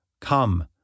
Come